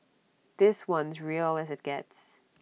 this one's real as IT gets